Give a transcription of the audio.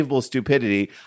stupidity